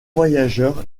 voyageur